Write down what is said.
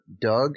Doug